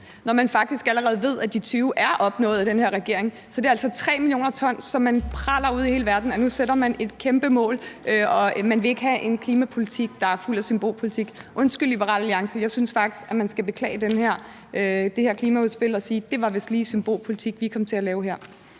taler ... faktisk allerede ved, at de 20 mio. t er opnået af den her regering. Så det er altså 3 mio. t, som man praler med ude i hele verden, altså at nu sætter man et kæmpe mål og man ikke vil have en klimapolitik, der er fuld af symbolpolitik. Undskyld, Liberal Alliance, jeg synes faktisk, at man skal beklage det her klimaudspil og sige, at det vist lige var symbolpolitik, man kom til at lave her.